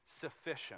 sufficient